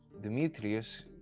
Demetrius